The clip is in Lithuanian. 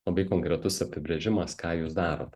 labai konkretus apibrėžimas ką jūs darot